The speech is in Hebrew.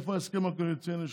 איפה ההסכם הקואליציוני שלך?